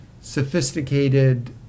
sophisticated